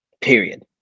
Period